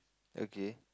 okay